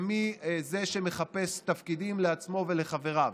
מי זה שמחפש תפקידים לעצמו ולחבריו.